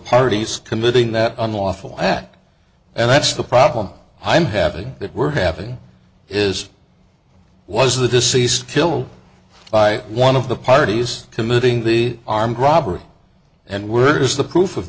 parties committing that unlawful act and that's the problem i'm having that we're having is was the deceased killed by one of the parties committing the armed robbery and were is the proof of